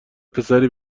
پسری